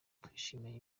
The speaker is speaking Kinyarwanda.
twishimiye